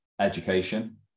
education